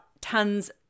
tons